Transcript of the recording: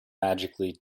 magically